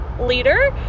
leader